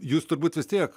jūs turbūt vis tiek